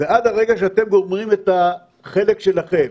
ועד הרגע שאתם גומרים את החלק שלכם,